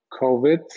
COVID